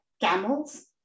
camels